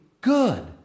good